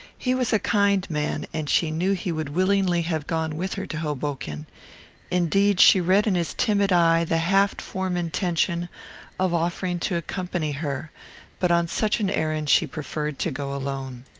he was a kind man, and she knew he would willingly have gone with her to hoboken indeed she read in his timid eye the half-formed intention of offering to accompany her but on such an errand she preferred to go alone.